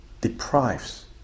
deprives